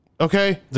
Okay